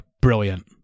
brilliant